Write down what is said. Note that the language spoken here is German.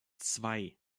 zwei